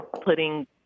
putting